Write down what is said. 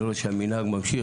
אני רואה שהמנהג ממשיך,